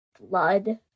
blood